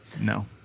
No